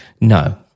No